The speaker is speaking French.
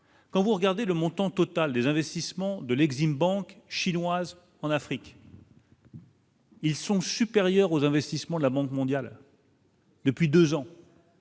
Quand vous regardez le montant total des investissements de l'Exim Bank chinoise en Afrique. Ils sont supérieurs aux investissements de la Banque mondiale. Depuis 2 ans.